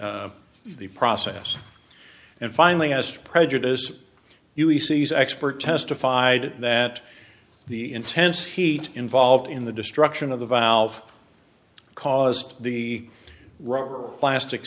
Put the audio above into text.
the process and finally has to prejudice you he sees expert testified that the intense heat involved in the destruction of the valve caused the rubber plastic